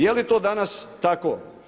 Je li to danas tako?